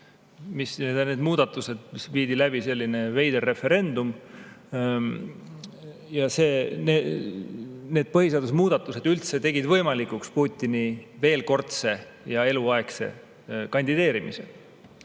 põhiseadust muudeti. Viidi läbi selline veider referendum ja need põhiseaduse muudatused tegid võimalikuks Putini veelkordse ja eluaegse kandideerimise.